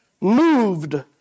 moved